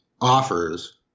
offers